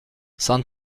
cent